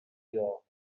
york